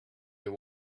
you